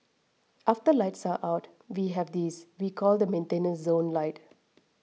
after lights are out we have this we call the maintenance zone light